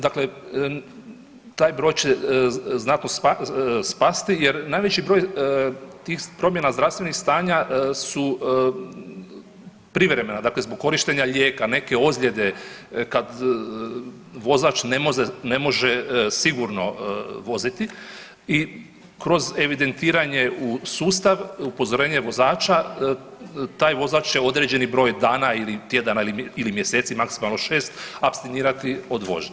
Dakle taj broj će znatno spasti jer najveći broj tih promjena zdravstvenih stanja su privremena, dakle zbog korištenja lijeka, neke ozlijede, kad vozač ne može sigurno voziti i kroz evidentiranje u sustav, upozorenje vozača, taj vozač će određeni broj dana ili tjedana ili mjeseci, maksimalno 6, apstinirati od vožnje.